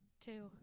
Two